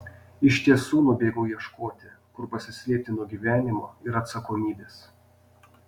iš tiesų nubėgau ieškoti kur pasislėpti nuo gyvenimo ir atsakomybės